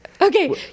Okay